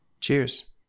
cheers